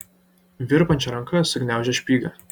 virpančia ranka sugniaužė špygą